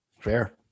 Fair